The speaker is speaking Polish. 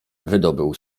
wydobył